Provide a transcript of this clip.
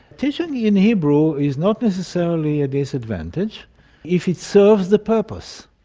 teaching in hebrew is not necessarily a disadvantage if it serves the purpose.